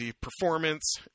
performance